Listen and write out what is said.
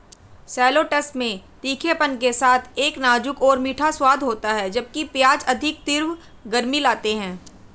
shallots में तीखेपन के साथ एक नाजुक और मीठा स्वाद होता है, जबकि प्याज अधिक तीव्र गर्मी लाते हैं